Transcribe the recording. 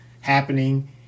happening